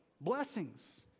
blessings